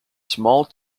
small